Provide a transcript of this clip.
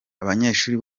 abanyeshuri